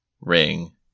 ring